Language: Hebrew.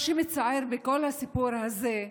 מה שמצער בכל הסיפור הזה,